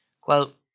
Quote